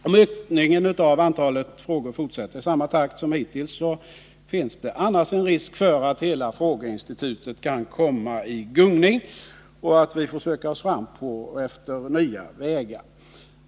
Om ökningen av antalet frågor fortsätter i samma takt som hittills, finns det en risk för att hela frågeinstitutet kan komma i gungning och att vi får söka oss fram efter nya vägar.